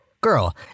Girl